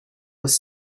was